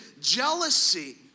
Jealousy